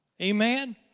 Amen